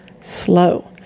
slow